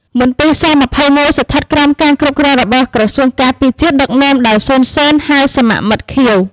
មន្ទីរស-២១ ស្ថិតក្រោមការគ្រប់គ្រងរបស់ក្រសួងការពារជាតិដឹកនាំដោយ សុន សេន ហៅ សមមិត្តខៀវ។